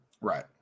right